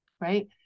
right